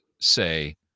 say